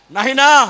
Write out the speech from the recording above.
Nahina